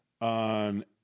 On